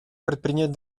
предпринять